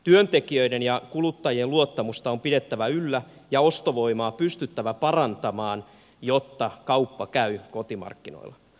työntekijöiden ja kuluttajien luottamusta on pidettävä yllä ja ostovoimaa pystyttävä parantamaan jotta kauppa käy kotimarkkinoilla